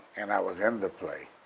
and i was in the play.